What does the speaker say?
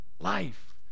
Life